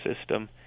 system